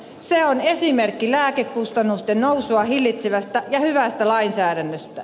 se on esimerkki lääkekustannusten nousua hillitsevästä ja hyvästä lainsäädännöstä